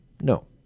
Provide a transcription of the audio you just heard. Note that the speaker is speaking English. No